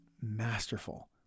masterful